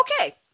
Okay